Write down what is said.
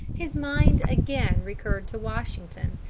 his mind again recurred to washington,